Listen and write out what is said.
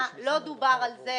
לא דובר על כך